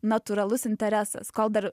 natūralus interesas kol dar